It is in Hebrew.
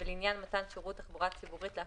מצד שני לאפשר גם